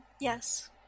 Yes